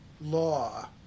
law